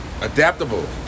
adaptable